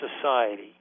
society